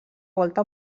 volta